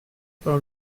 par